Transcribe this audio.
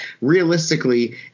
realistically